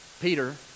Peter